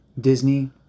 Disney